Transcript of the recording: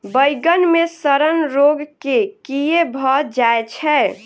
बइगन मे सड़न रोग केँ कीए भऽ जाय छै?